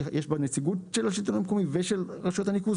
שיש בה נציגות של השלטון המקומי ושל רשויות הניקוז.